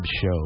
show